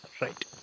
Right